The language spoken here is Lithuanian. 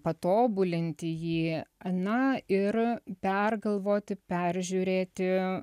patobulinti jį na ir pergalvoti peržiūrėti